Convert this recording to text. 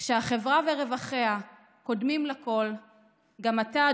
/ כשהחברה ורווחיה קודמים לכול / גם אתה,